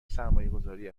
سرمایهگذاری